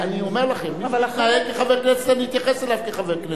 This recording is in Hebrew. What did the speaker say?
אני אומר לכם, מי שיתנהג כחבר כנסת,